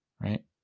Right